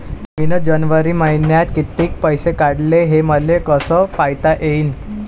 मिन जनवरी मईन्यात कितीक पैसे काढले, हे मले कस पायता येईन?